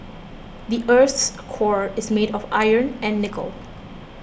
the earth's core is made of iron and nickel